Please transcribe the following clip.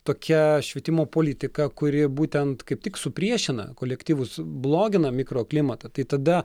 tokia švietimo politika kuri būtent kaip tik supriešina kolektyvus blogina mikroklimatą tai tada